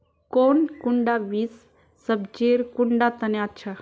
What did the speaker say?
कौन कुंडा बीस सब्जिर कुंडा तने अच्छा?